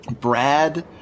Brad